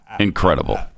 Incredible